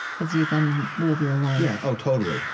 as you then live your life? yeah. oh, totally.